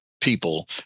people